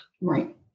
Right